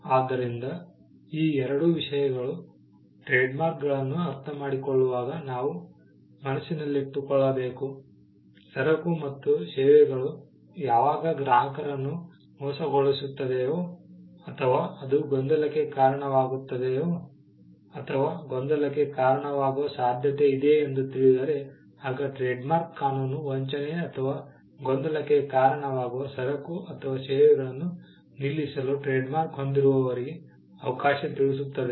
ಆದ್ದರಿಂದ ಈ ಎರಡು ವಿಷಯಗಳು ಟ್ರೇಡ್ಮಾರ್ಕ್ಗಳನ್ನು ಅರ್ಥಮಾಡಿಕೊಳ್ಳುವಾಗ ನಾವು ಮನಸ್ಸಿನಲ್ಲಿಟ್ಟುಕೊಳ್ಳಬೇಕು ಸರಕು ಮತ್ತು ಸೇವೆಗಳು ಯಾವಾಗ ಗ್ರಾಹಕರನ್ನು ಮೋಸಗೊಳಿಸುತ್ತದೆಯೋ ಅಥವಾ ಅದು ಗೊಂದಲಕ್ಕೆ ಕಾರಣವಾಗುತ್ತದೆಯೋ ಅಥವಾ ಗೊಂದಲಕ್ಕೆ ಕಾರಣವಾಗುವ ಸಾಧ್ಯತೆಯಿದೆ ಎಂದು ತಿಳಿದರೆ ಆಗ ಟ್ರೇಡ್ಮಾರ್ಕ್ ಕಾನೂನು ವಂಚನೆ ಅಥವಾ ಗೊಂದಲಕ್ಕೆ ಕಾರಣವಾಗುವ ಸರಕು ಅಥವಾ ಸೇವೆಗಳನ್ನು ನಿಲ್ಲಿಸಲು ಟ್ರೇಡ್ಮಾರ್ಕ್ ಹೊಂದಿರುವವರಿಗೆ ಅವಕಾಶ ತಿಳಿಸುತ್ತದೆ